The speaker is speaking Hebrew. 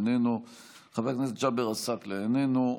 איננו,